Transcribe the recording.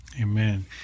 Amen